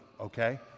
okay